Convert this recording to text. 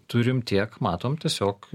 turim tiek matom tiesiog